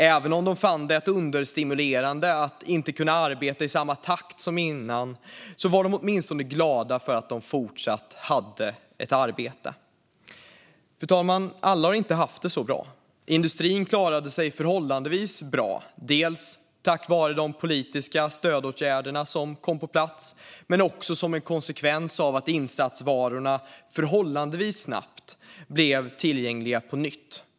Även om de fann det understimulerade att inte kunna arbeta i samma takt som innan var de glada över att de ändå fortsatt hade ett arbete. Fru talman! Alla har inte haft det så bra. Industrin klarade sig förhållandevis bra, dels tack vare de politiska stödåtgärderna som kom på plats, dels som en konsekvens av att insatsvarorna ganska snabbt blev tillgängliga på nytt.